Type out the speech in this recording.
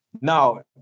Now